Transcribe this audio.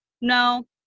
no